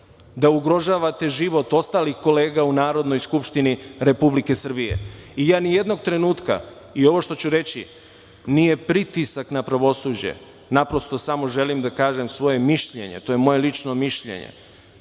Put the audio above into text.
da ugrožavate život ostalih kolega u Narodnoj Skupštini Republike Srbije. Ja nijednog trenutka… Ovo što ću reći nije pritisak na pravosuđe, naprosto samo želim da kažem svoje mišljenje. To je moje lično mišljenje.